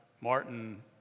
Martin